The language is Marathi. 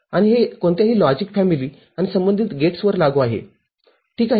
तर हे विशिष्ट इन्व्हर्टर अशा अनेक इन्व्हर्टरशी जोडलेले आहे ठीक आहे